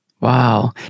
Wow